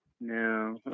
No